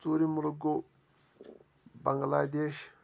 ژوٗرِم مُلک گوٚو بنٛگلہ دیش